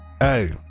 hey